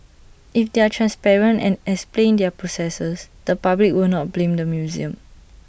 if they are transparent and explain their processes the public will not blame the museum